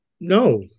No